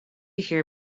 hear